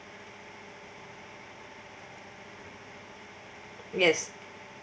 yes